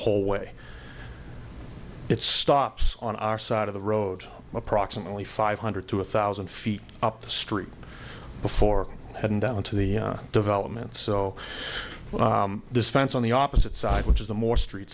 whole way it stops on our side of the road approximately five hundred to one thousand feet up the street before hadn't down to the development so this fence on the opposite side which is the more street